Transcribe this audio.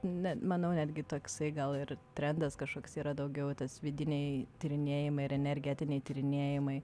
ne manau netgi toksai gal ir trendas kažkoks yra daugiau tas vidiniai tyrinėjimai ir energetiniai tyrinėjimai